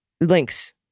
links